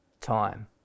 time